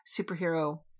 superhero